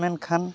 ᱢᱮᱱᱠᱷᱟᱱ